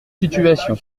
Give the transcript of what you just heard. situation